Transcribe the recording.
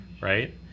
right